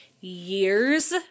years